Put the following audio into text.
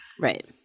Right